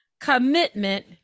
commitment